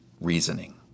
reasoning